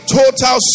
total